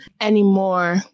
anymore